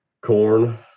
Corn